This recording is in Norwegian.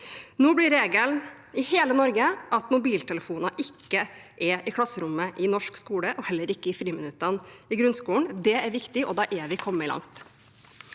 Nå blir regelen i hele Norge at mobiltelefoner ikke er i klasserommet i norsk skole, og heller ikke i friminuttene i grunnskolen. Det er viktig. Da er vi kommet langt.